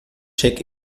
check